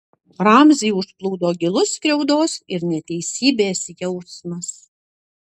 ramzį užplūdo gilus skriaudos ir neteisybės jausmas